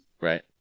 right